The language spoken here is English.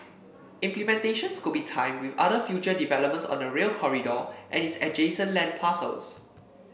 implementations could be timed with other future developments on the Rail Corridor and its adjacent land parcels